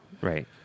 Right